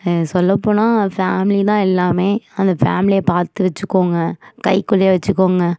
சொல்லப்போனால் ஃபேமிலி தான் எல்லாமே அந்த ஃபேமிலியை பார்த்து வச்சுக்கோங்க கைக்குள்ளேயே வச்சுக்கோங்க